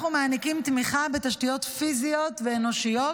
אנחנו מעניקים תמיכה בתשתיות פיזיות ואנושיות